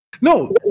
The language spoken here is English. No